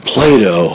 Plato